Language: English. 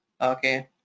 okay